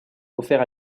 offert